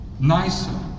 nicer